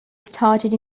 started